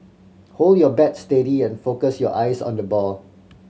hold your bat steady and focus your eyes on the ball